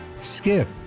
Skip